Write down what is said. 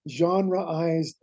genreized